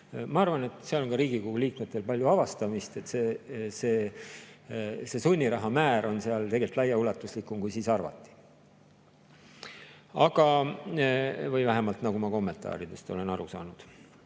Ma arvan, et seal on ka Riigikogu liikmetel palju avastamist. See sunniraha määr on seal tegelikult laiaulatuslikum, kui siis arvati või vähemalt nagu ma kommentaaridest olen aru saanud.